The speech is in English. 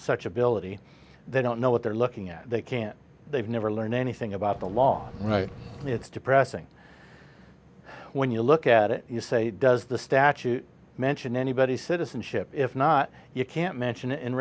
such ability they don't know what they're looking at they can't they've never learned anything about the law and it's depressing when you look at it you say does the statute mention anybody citizenship if not you can't mention in